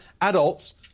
adults